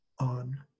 on